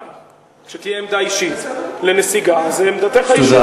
בסדר, זאת עמדתך האישית.